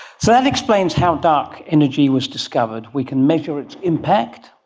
so that explains how dark energy was discovered. we can measure its impact,